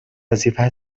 وظیفه